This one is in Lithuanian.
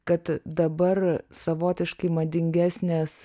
kad dabar savotiškai madingesnės